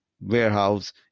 warehouse